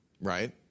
Right